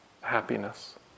happiness